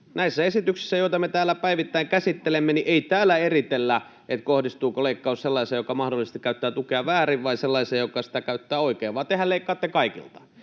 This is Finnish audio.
Näissä esityksissä, joita me täällä päivittäin käsittelemme, ei eritellä, kohdistuuko leikkaus sellaiseen, joka mahdollisesti käyttää tukea väärin, vai sellaiseen, joka sitä käyttää oikein, vaan tehän leikkaatte kaikilta.